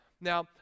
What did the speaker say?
Now